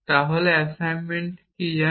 তাহলে অ্যাসাইনমেন্ট কি জানেন